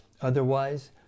otherwise